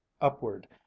upward